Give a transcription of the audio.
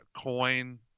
coin